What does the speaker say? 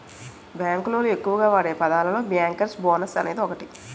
bank లోళ్ళు ఎక్కువగా వాడే పదాలలో బ్యేంకర్స్ బోనస్ అనేది ఒకటి